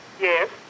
Yes